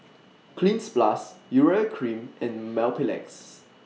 Cleanz Plus Urea Cream and Mepilex